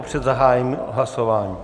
Před zahájením hlasování.